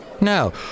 No